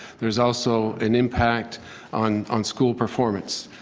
there's also an impact on on school performance.